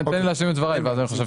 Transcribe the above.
תן לי להשלים את דבריי ואז אני חושב